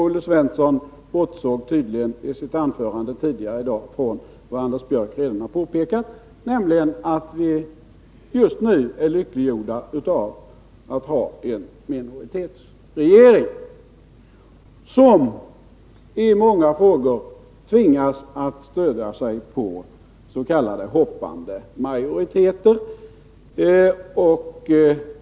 Olle Svensson bortsåg tydligen också i sitt anförande tidigare i dag från vad Anders Björck redan har påpekat, nämligen att vi just nu är lyckliggjorda med att ha en minoritetsregering, som i många frågor tvingas att stödja sig på s.k. hoppande majoriteter.